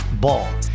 Ball